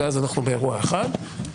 ואז אנחנו באירוע אחד,